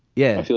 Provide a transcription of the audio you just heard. yeah.